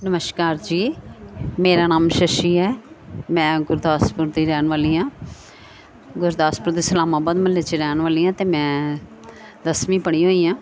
ਨਮਸ਼ਕਾਰ ਜੀ ਮੇਰਾ ਨਾਮ ਸ਼ਸ਼ੀ ਹੈ ਮੈਂ ਗੁਰਦਾਸਪੁਰ ਦੀ ਰਹਿਣ ਵਾਲੀ ਹਾਂ ਗੁਰਦਾਸਪੁਰ ਦੀ ਇਸਲਾਮਾਬਾਦ ਮੁਹੱਲੇ 'ਚ ਰਹਿਣ ਵਾਲੀ ਹਾਂ ਅਤੇ ਮੈਂ ਦਸਵੀਂ ਪੜ੍ਹੀ ਹੋਈ ਹਾਂ